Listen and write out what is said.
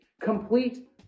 complete